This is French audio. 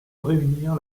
réunir